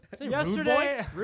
yesterday